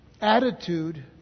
attitude